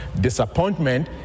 Disappointment